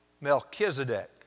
Melchizedek